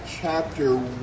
chapter